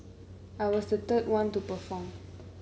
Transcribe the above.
I was the third one to perform